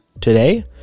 today